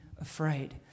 afraid